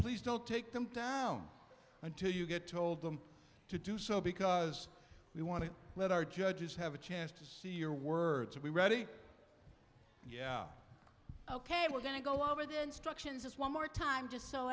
please don't take them down until you get told them to do so because we want to let our judges have a chance to see your words are we ready yeah ok we're going to go over the instructions is one more time just so